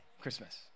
Christmas